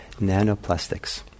nanoplastics